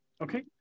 okay